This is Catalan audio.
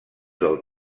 del